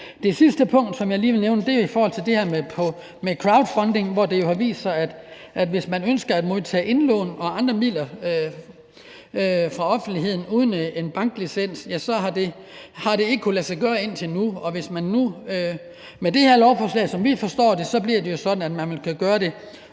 Det sidste punkt, som jeg lige vil nævne, er i forhold til det her med crowdfunding, hvor det jo har vist sig, at hvis man ønsker at modtage indlån og andre midler fra offentligheden uden en banklicens, har det ikke kunnet lade sig gøre indtil nu, og hvis det nu med det her lovforslag, som vi forstår det, bliver sådan, at man vil kunne gøre det,